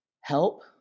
help